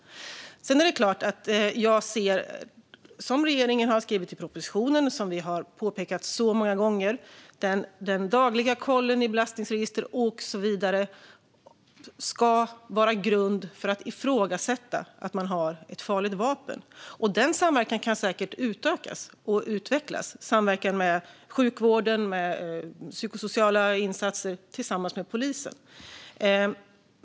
Som regeringen har skrivit i propositionen och som vi har påpekat många gånger ska den dagliga kollen i belastningsregister och liknande ligga till grund för att kunna ifrågasätta att någon har ett farligt vapen. Denna samverkan kan säkert utökas och utvecklas inom sjukvården, psykosociala insatser och polisen.